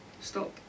Stop